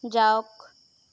যাওক